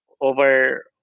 over